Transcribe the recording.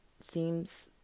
seems